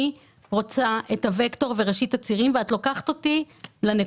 אני רוצה את הווקטור ואת ראשית הצירים ואת לוקחת אותי לנקודות.